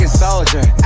soldier